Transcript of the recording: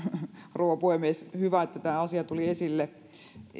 rouva puhemies hyvä että tämä asia tuli esille